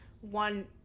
one